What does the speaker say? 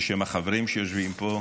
בשם החברים שיושבים פה,